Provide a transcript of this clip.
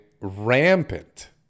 rampant